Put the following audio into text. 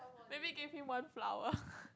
maybe give him one flower